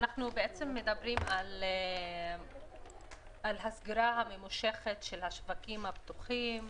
אנחנו בעצם מדברים על הסגירה הממושכת של השווקים הפתוחים,